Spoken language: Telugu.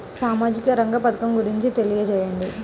సామాజిక రంగ పథకం గురించి తెలియచేయండి?